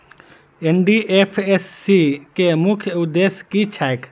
NDFSC केँ मुख्य उद्देश्य की छैक?